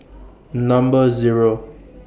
Number Zero